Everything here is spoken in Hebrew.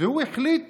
והוא החליט